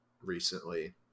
recently